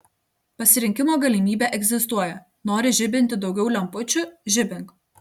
pasirinkimo galimybė egzistuoja nori žibinti daugiau lempučių žibink